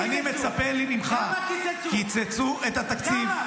אני מצפה ממך, קיצצו את התקציב --- כמה?